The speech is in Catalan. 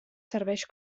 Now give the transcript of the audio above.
serveix